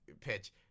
pitch